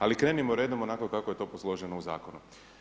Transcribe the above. Ali krenimo redom onako kako je to posloženo u Zakonu.